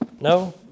no